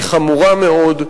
היא חמורה מאוד,